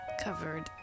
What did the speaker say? covered